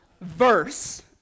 verse